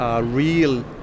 real